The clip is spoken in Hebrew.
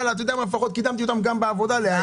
לפחות קידמתי אותן גם בעבודה להייטק.